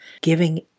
giving